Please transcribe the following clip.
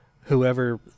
whoever